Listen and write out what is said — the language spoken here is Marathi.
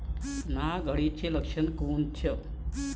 नाग अळीचं लक्षण कोनचं?